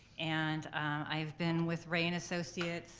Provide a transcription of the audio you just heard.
and i've been with ray and associates